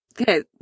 Okay